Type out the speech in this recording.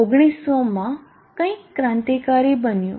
1900 માં કંઈક ક્રાંતિકારી બન્યું